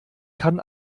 kann